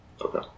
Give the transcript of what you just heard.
okay